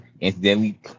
incidentally